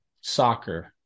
soccer